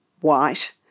white